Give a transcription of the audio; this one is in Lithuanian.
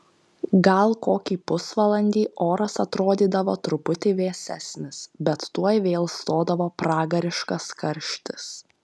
gal kokį pusvalandį oras atrodydavo truputį vėsesnis bet tuoj vėl stodavo pragariškas karštis